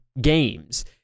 games